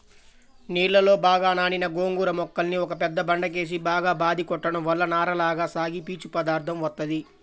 నీళ్ళలో బాగా నానిన గోంగూర మొక్కల్ని ఒక పెద్ద బండకేసి బాగా బాది కొట్టడం వల్ల నారలగా సాగి పీచు పదార్దం వత్తది